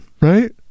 Right